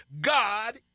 God